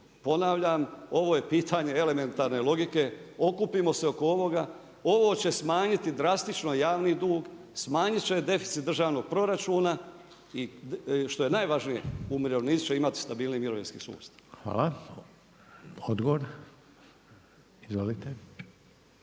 ponavljam, ovo je pitanje elementarne logike, okupimo se oko ovoga, ovo će smanjiti drastično javni dug, smanjiti će deficit državnog proračuna i što je najvažnije umirovljenici će imati stabilniji mirovinski sustav. **Reiner, Željko